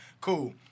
Cool